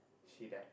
she died